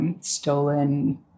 stolen